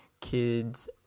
kids